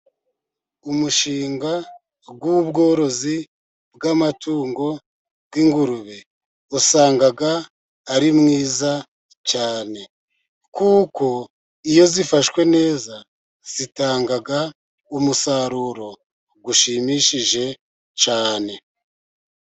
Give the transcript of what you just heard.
Umushinga w' ubworozi bw'amatungo y'ingurube, usanga ari mwiza cyane, kuko iyo zifashwe neza zitanga umusaruro ushimishije cyane.